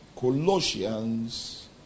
Colossians